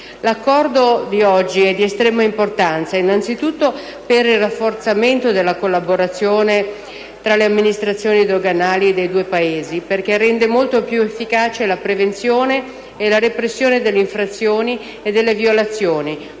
L'accordo di oggi è di estrema importanza anzitutto perché il rafforzamento della collaborazione tra le amministrazioni doganali dei due Paesi rende molto più efficace la prevenzione e la repressione delle infrazioni e delle violazioni